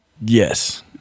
Yes